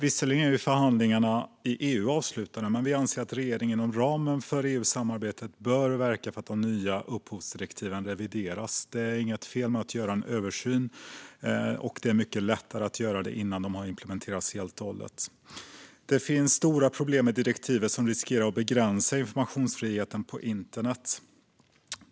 Visserligen är förhandlingarna i EU avslutade, men vi anser att regeringen inom ramen för EU-samarbetet bör verka för att de nya upphovsrättsdirektiven revideras. Det är ingen fel med att göra en översyn, och det är mycket lättare att göra det innan direktiven har implementerats helt och hållet. Det finns stora problem med direktivet, som riskerar att begränsa informationsfriheten på internet.